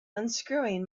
unscrewing